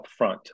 upfront